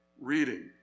reading